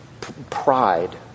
Pride